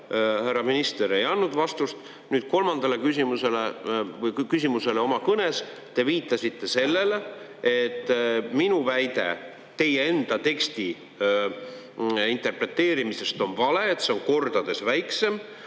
härra minister ei andnud vastust, kolmandale küsimusele oma kõnes te viitasite sellele, et minu väide teie enda teksti interpreteerimisest on vale, see on kordades väiksem,